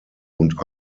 und